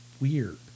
weird